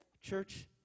Church